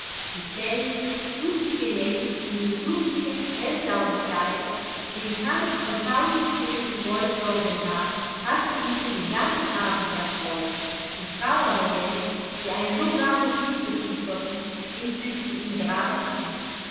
die schelmische lustige nellie in dem duftigen hellblauen kleide den kranz von tausendschön im goldblonden haar hatte ihn schon den ganzen abend erfreut die trauernde nellie die ein so warmes mitgefühl verriet entzückte ihn geradezu